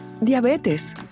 diabetes